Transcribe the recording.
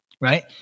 Right